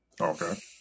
Okay